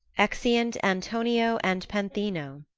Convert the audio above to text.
exeunt antonio and panthino